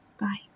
Bye